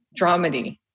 dramedy